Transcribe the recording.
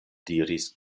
diris